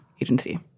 agency